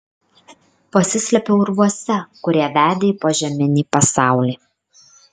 pasislėpiau urvuose kurie vedė į požeminį pasaulį